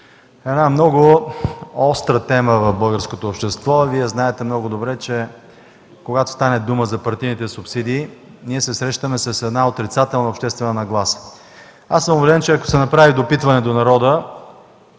е много остра тема в българското общество. Вие знаете много добре, че когато стане дума за партийните субсидии, се срещаме с отрицателната обществена нагласа. Убеден съм, че ако се направи допитване до народа,